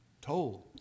told